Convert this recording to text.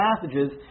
passages